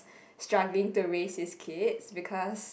struggling to raise his kids because